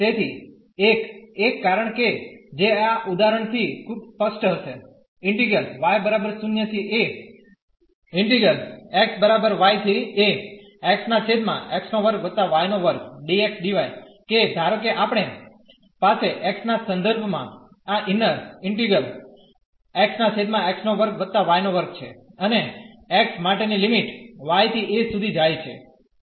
તેથી એક એક કારણ કે જે આ ઉદાહરણ થી ખૂબ સ્પષ્ટ હશે કે ધારો કે આપણે પાસે x સંદર્ભમાં આ ઇન્નર ઇન્ટીગ્રલ છે અને x માટેની લિમિટ y થી a સુધી જાય છે